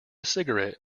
cigarette